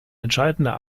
entscheidender